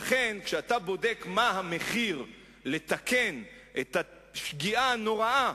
כשאתה בודק מה המחיר של תיקון השגיאה הנוראה,